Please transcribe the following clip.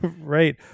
Right